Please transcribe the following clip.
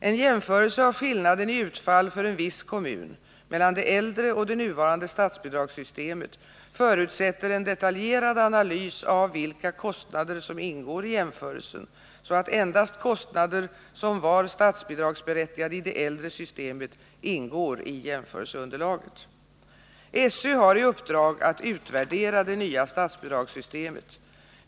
En jämförelse av skillnaden i utfall för en viss kommun mellan det äldre och det nuvarande statsbidragssystemet förutsätter en detaljerad analys av vilka kostnader som ingår i jämförelsen, så att endast kostnader som var statsbidragsberättigade i det äldre systemet ingår i jämförelseunderlaget. SÖ har i uppdrag att utvärdera det nya statsbidragssystemet.